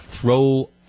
throw